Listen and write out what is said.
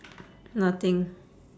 nothing